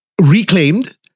Reclaimed